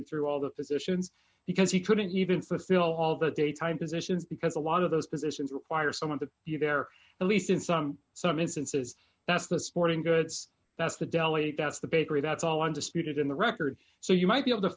him through all the positions because he couldn't even fulfill all the daytime positions because a lot of those positions require someone to be there and least in some some instances that's the sporting goods that's the deli that's the bakery that's all undisputed in the record so you might be able to